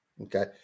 Okay